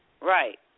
Right